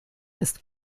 ist